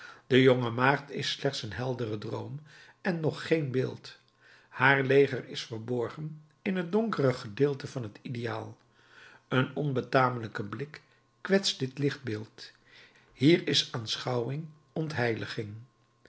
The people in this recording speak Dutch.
de jonge maagd is slechts een heldere droom en nog geen beeld haar leger is verborgen in het donkere gedeelte van het ideaal een onbetamelijke blik kwetst dit lichtbeeld hier is aanschouwing ontheiliging